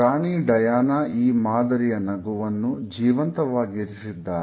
ರಾಣಿ Diana ಈ ಮಾದರಿಯ ನಗುವನ್ನು ಜೀವಂತವಾಗಿರಿಸಿದ್ದಾರೆ